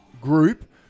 group